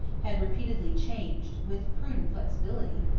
had repeatedly changed, with prudent flexibility,